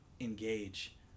engage